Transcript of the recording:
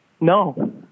No